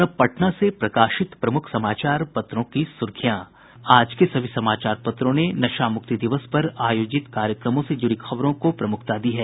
और अब पटना से प्रकाशित प्रमुख समाचार पत्रों की सुर्खियां आज के सभी समाचार पत्रों ने नशा मुक्ति दिवस पर आयोजित कार्यक्रमों से जुड़ी खबरों को प्रमुखता दी है